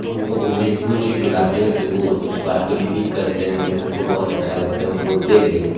हम लोग उन्हें कुच भी बुलाते हैं तो वो उस बात को रिपीट करते हैं उन्हें हम को बहुत अच्छा लगता है वो बोलते भी हैं